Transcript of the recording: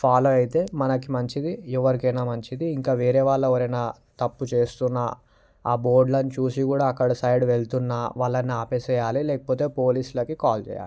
follow అయితే మనకి మంచిది ఎవరికైనా మంచిది ఇంకా వేరేవాళ్ళు ఎవరైనా తప్పు చేస్తున్నా ఆ బోర్డ్లని చూసి కూడా అక్కడ సైడు వెళుతున్నా వాళ్ళని ఆపేసేయాలి లేకపోతే పోలీసులకి కాల్ చేయాలి